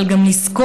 אבל גם לזכור,